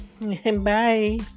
Bye